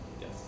Yes